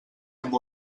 amb